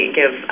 give